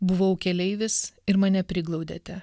buvau keleivis ir mane priglaudėte